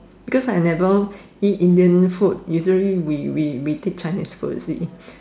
because I never eat Indian food usually we we we take Chinese food you see